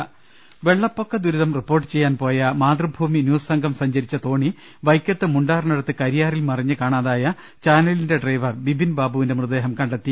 ങ്ങ ൽ വെള്ളപ്പൊക്ക ദുരിതം റിപ്പോർട്ട് ചെയ്യാൻ പോയ മാതൃഭൂമി ന്യൂസ് സംഘം സഞ്ചരിച്ച തോണി വൈക്കത്ത് മുണ്ടാറിനടുത്ത് കരിയാറിൽ മറിഞ്ഞ് കാണാതായ ചാനലിന്റെ ഡ്രൈവർ ബിബിൻ ബാബുവിന്റെ മൃത ദേഹം കണ്ടെത്തി